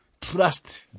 trust